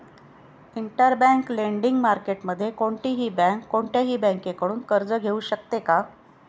Interbank lending मार्केटमध्ये कोणतीही bank कोणत्याही बँकेकडून कर्ज घेऊ शकते का?